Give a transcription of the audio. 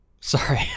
sorry